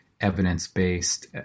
evidence-based